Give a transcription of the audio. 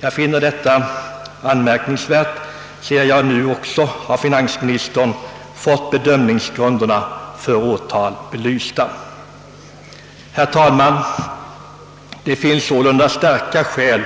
Jag finner detta anmärkningsvärt, sedan jag nu också av finansministern fått bedömningsgrunderna för åtal belysta. Herr talman! Det finns sålunda starka skäl